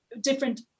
different